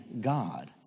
God